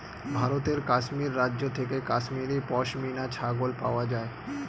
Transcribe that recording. ভারতের কাশ্মীর রাজ্য থেকে কাশ্মীরি পশমিনা ছাগল পাওয়া যায়